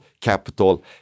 capital